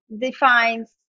defines